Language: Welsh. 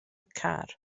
car